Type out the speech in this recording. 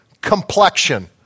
complexion